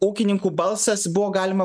ūkininkų balsas buvo galima